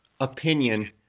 opinion